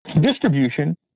distribution